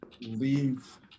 leave